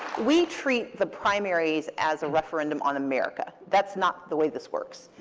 we treat the primaries as a referendum on america. that's not the way this works.